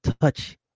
touch